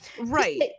Right